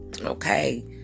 Okay